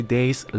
Days